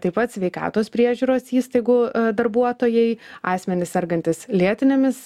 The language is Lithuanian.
taip pat sveikatos priežiūros įstaigų darbuotojai asmenys sergantys lėtinėmis